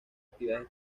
actividades